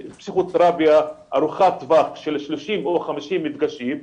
לפסיכותרפיה ארוכת טווח של 30 או 50 מפגשים,